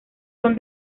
son